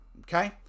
okay